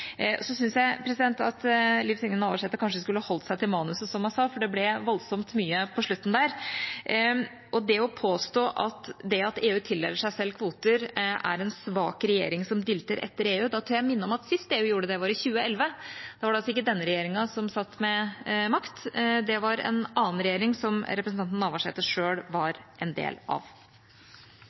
Så syns jeg at Liv Signe Navarsete kanskje skulle holdt seg til manuset, som hun sa, for det ble voldsomt mye på slutten der. Det å påstå at det at EU tildeler seg selv kvoter, er en svak regjering som dilter etter EU – da tør jeg minne om at sist EU gjorde det, var i 2011. Da var det altså ikke denne regjeringa som satt med makt. Det var en annen regjering, som representanten Navarsete selv var en del av.